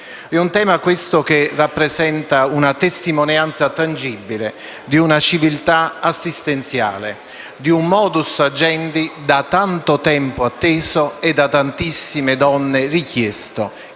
È un tema che rappresenta una testimonianza tangibile di una civiltà assistenziale, di un *modus agendi* da tanto tempo atteso e da tantissime donne richiesto